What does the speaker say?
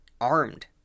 armed